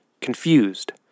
confused